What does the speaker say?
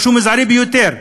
משהו מזערי ביותר,